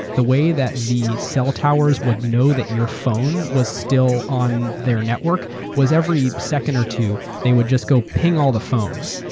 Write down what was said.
the way that the cell towers would know that your phone was still on their network was every second or two, they would just go ping all the phones.